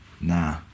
Nah